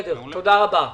תודה רבה.